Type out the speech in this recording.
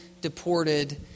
deported